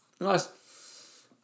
Nice